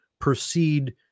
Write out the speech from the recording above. proceed